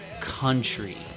country